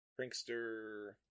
Prankster